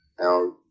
Now